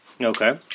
okay